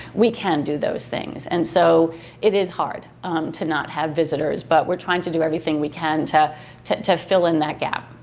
we can do those things and so it is hard um to not have visitors but we're trying to do everything we can to to to fill in that gap.